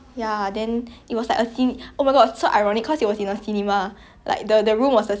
the seats got one ghost jump out lah then I think I don't know why I so pussy you know usually I not like